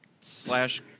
slash